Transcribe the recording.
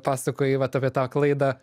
pasakoji vat apie tą klaidą